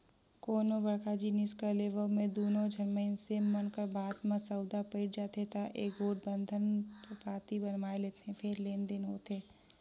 कोनो बड़का जिनिस कर लेवब म दूनो झन मइनसे मन कर बात में सउदा पइट जाथे ता एगोट बंधन पाती बनवाए लेथें फेर लेन देन होथे